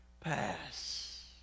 Pass